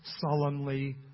solemnly